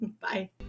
Bye